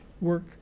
work